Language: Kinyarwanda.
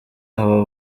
aba